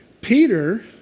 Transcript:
Peter